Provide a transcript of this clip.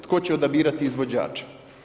Tko će odabirati izvođače?